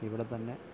ഇവിടെത്തന്നെ